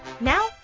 Now